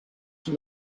from